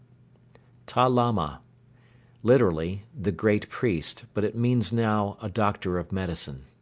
ta lama literally the great priest, but it means now a doctor of medicine.